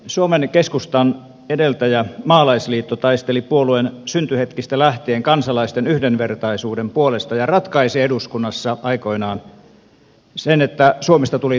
suomen keskustan edeltäjä maalaisliitto taisteli puolueen syntyhetkistä lähtien kansalaisten yhdenvertaisuuden puolesta ja ratkaisi eduskunnassa aikoinaan sen että suomesta tuli tasavalta